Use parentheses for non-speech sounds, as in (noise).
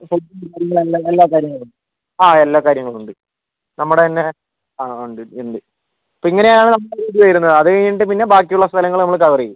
(unintelligible) എല്ലാ എല്ലാ കാര്യങ്ങളും എല്ലാ കാര്യങ്ങളും ഉണ്ട് നമ്മുടെ തന്നെ ഉണ്ട് ഉണ്ട് അപ്പോൾ ഇങ്ങനെയാണ് നമ്മൾ (unintelligible) ചെയ്യുന്നത് അതു കഴിഞ്ഞിട്ട് ബാക്കിയുള്ള സ്ഥലങ്ങൾ നമ്മൾ കവറ് ചെയ്യും